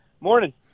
morning